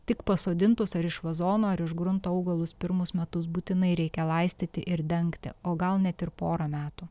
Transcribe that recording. tik pasodintos ar iš vazono ar iš grunto augalus pirmus metus būtinai reikia laistyti ir dengti o gal net ir porą metų